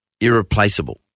irreplaceable